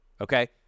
Okay